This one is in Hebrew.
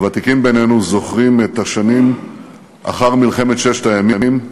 הוותיקים בינינו זוכרים את השנים אחר מלחמת ששת הימים,